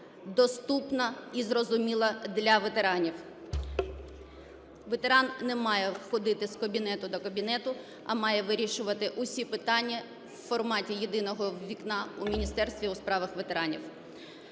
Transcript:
доступна і зрозуміла для ветеранів. Ветеран не має ходити з кабінету до кабінету, а має вирішувати усі питання в форматі "єдиного вікна" у Міністерстві у справах ветеранів.